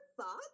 thought